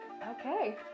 Okay